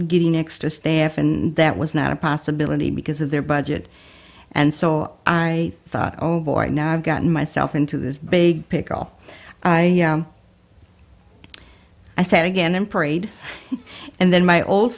getting extra staff and that was not a possibility because of their budget and so i thought oh boy now i've gotten myself into this big pickle i said again and prayed and then my old